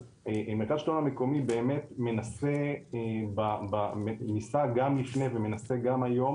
אז מרכז השילטון המקומי באמת מנסה וניסה גם לני ומנסה עד היום